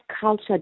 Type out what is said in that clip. culture